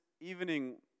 evening